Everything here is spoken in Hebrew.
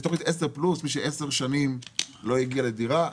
יש תוכנית 10 פלוס מי שש-10 שנים לא הגיע לדירה.